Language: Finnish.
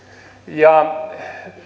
ja